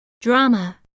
drama